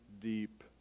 deep